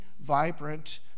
vibrant